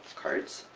cards.